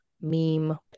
meme